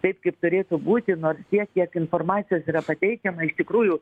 taip kaip turėtų būti nors tiek kiek informacijos yra pateikiama iš tikrųjų